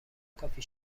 کافی